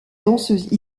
danseuse